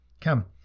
Come